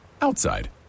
outside